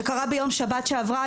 שקרה ביום שבת שעברה.